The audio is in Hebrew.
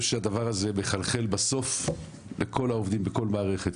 שבסוף הדבר הזה מחלחל לכל העובדים בכל מערכת.